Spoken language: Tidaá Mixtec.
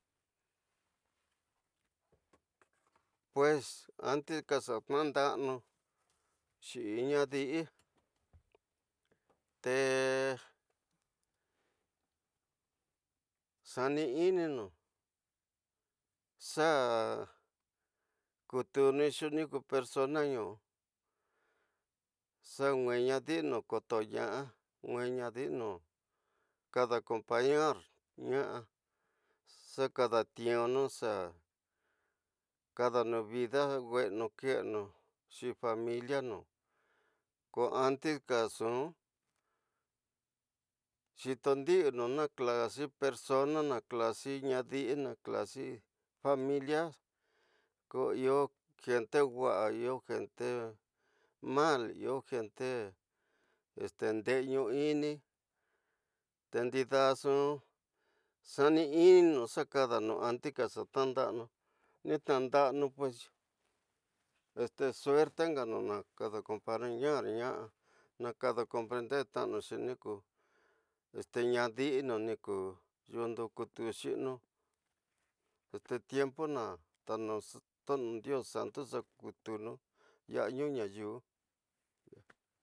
Pues antes ka xa ñanu dosanu xirin kadiste xanininu xa kutunu ni xo persona ñu naadi, na kolonana nuenanu, xa nue ñadi, na kada ñunu ña disinu kada acompañanana xa kada ñunu xa kadanu vida wenenu nu keni nu xirin familia nu ko antik kanxu, xiton disinu na klasi persona, na klasi ñadiñi, na klasi familia ko iyo, gente wawa, iyo gente ñnai, iyo gente este ndeyini tenadada nxu xanininu, xa kada nu antik ka xa ñanu dosanu ñu ñananasanu. Pues suerte ña kada acompañanana ñakada comprender ñanu nxu nadiñinu, niku ñonu kutu xinu. Este tiempo na xtoño ño indio, santu xa kutunu ñayu ñayiwi.